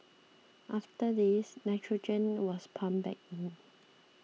after this nitrogen was pumped back in